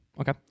Okay